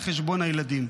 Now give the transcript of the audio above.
על חשבון הילדים.